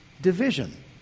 division